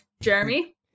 Jeremy